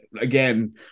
again